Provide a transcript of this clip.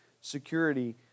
security